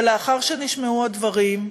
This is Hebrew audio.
ולאחר שנשמעו הדברים,